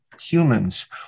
humans